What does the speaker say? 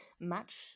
match